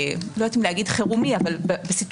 לא יודעת אם להגיד חירומי אבל בסיטואציה